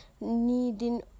needing